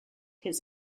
his